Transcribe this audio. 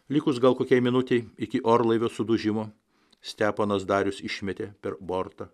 likus gal kokiai minutei iki orlaivio sudužimo steponas darius išmetė per bortą